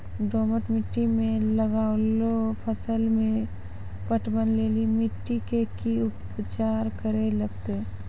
दोमट मिट्टी मे लागलो फसल मे पटवन लेली मिट्टी के की उपचार करे लगते?